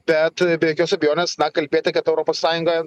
bet be jokios abejonės na kalbėti kad europos sąjunga